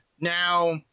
Now